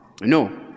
No